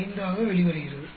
5 ஆக வெளிவருகிறது